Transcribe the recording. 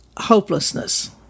hopelessness